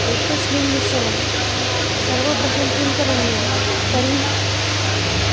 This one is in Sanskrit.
एतस्मिन् विषये सर्वप्रथमं किं करणीयं तर्हि